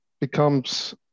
becomes